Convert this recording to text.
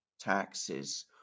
taxes